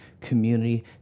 community